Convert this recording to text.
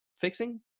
fixing